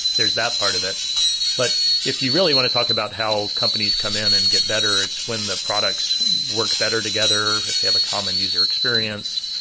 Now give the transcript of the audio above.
there's that part of it but if you really want to talk about how companies come in and get better, it's when the products work better together, if they have a common user experience,